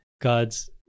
God's